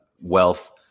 wealth